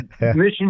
Mission